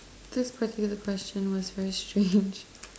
this particular question was very strange